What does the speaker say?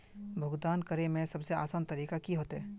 भुगतान करे में सबसे आसान तरीका की होते?